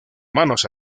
manos